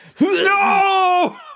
No